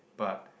but